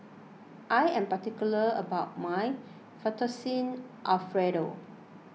I am particular about my Fettuccine Alfredo